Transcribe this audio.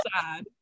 sad